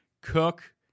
Cook